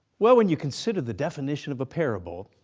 well when you consider the definition of a parable,